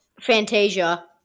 Fantasia